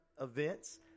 Events